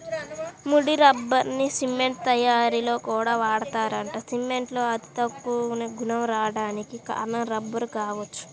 ముడి రబ్బర్ని సిమెంట్ తయ్యారీలో కూడా వాడతారంట, సిమెంట్లో అతుక్కునే గుణం రాడానికి కారణం రబ్బరే గావచ్చు